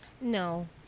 No